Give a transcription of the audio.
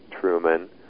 Truman